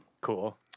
Cool